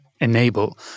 enable